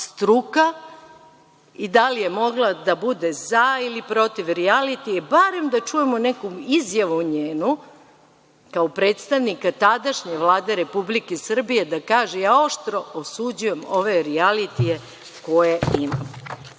struka i da li je mogla da bude za ili protiv rijalitija. Barem da čujemo neku izjavu njenu kao predstavnika tadašnje Vlade Republike Srbije, ja oštro osuđujem ove rijalitije koje